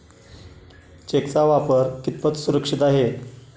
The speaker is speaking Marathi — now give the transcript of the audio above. चेकचा वापर कितपत सुरक्षित आहे?